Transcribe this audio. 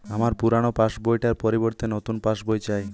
আমার পুরানো passbook টার পরিবর্তে নতুন পাশ বই চাই